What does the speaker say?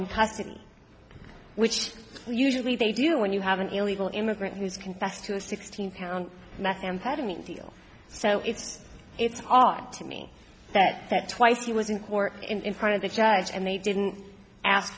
tuscany which usually they do when you have an illegal immigrant who's confessed to a sixteen pound methamphetamine deal so it's it's odd to me that that twice he was in court in front of the judge and they didn't ask